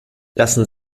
lassen